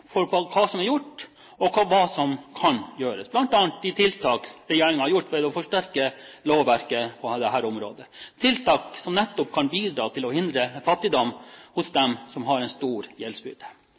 for hva som er gjort, og for hva som kan gjøres – bl.a. de tiltak regjeringen har gjort ved å forsterke lovverket på dette området, tiltak som nettopp kan bidra til å forhindre fattigdom hos